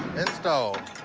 stowed.